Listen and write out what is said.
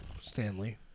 Stanley